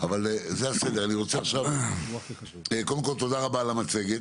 קודם כול, תודה על המצגת.